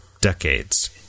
decades